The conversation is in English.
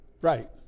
Right